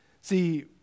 See